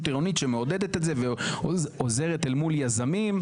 עירונית שמעודדת את זה ועוזרת אל מול יזמים.